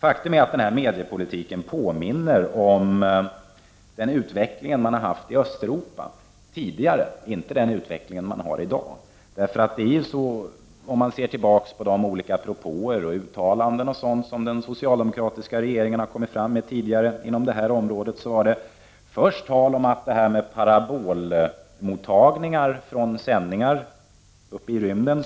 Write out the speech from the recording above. Faktum är att mediepolitiken påminner om den utveckling man har haft i Östeuropa — tidigare, inte den utvecklingen man har i dag. Om man ser tillbaka på de propåer och uttalanden som den socialdemokratiska regeringen har gjort tidigare inom det här området, var det först tal om att man inte tänkte tillåta parabolmottagningar av sändningar uppe i rymden.